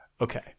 Okay